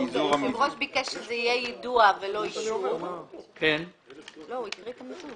91.אישור המפקח למיזוג